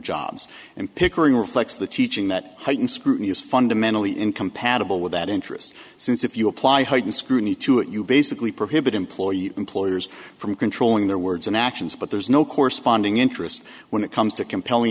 jobs and pickering reflects the teaching that heightened scrutiny is fundamentally incompatible with that interest since if you apply heightened scrutiny to it you basically prohibit employee employers from controlling their words and actions but there is no corresponding interest when it comes to compelling